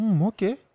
okay